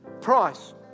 price